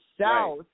South